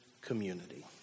community